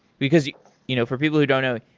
because you know for people who don't know,